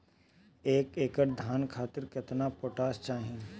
एक एकड़ धान खातिर केतना पोटाश चाही?